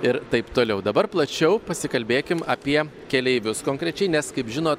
ir taip toliau dabar plačiau pasikalbėkim apie keleivius konkrečiai nes kaip žino